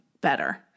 better